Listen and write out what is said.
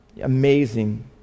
amazing